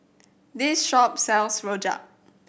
this shop sells rojak